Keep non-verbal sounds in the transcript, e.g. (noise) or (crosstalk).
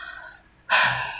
(breath)